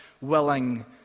willing